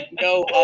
no